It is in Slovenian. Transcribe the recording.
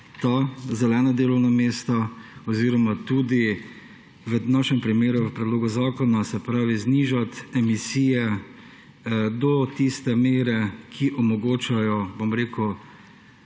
zelena delovna mesta oziroma tudi v našem primeru v predlogu zakona znižati emisije do tiste mere, ki omogočajo zdravo